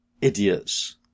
idiots